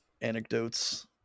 anecdotes